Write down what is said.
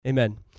Amen